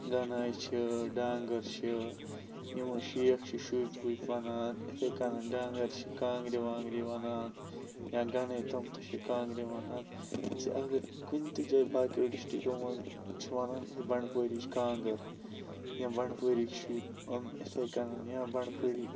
گَنَایی چھِ ڈانگَر چھِ یِمَے شیخ چھِ شُپۍ وُپۍ وونان یِتھَے کٔنۍ ڈانگَر چھِ کانٛگرِ وانٛگرِ وَونان یا گَنایی تِم تہِ چھِ کانٛگرِ وونان اَگَر کُنہِ تہِ جایہِ باقِیو ڈِسٹرکو منٛز چھ وَنان ہے بَنٛڈپورِچ کانٛگَر یِم بَنٛڈپورٕکۍ شُپۍ یِم یِتھَے کَٔنۍ یا بَنٛڈپورٕکۍ